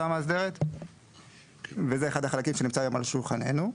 המאסדרת וזה אחד החלקים שנמצא היום על שולחננו.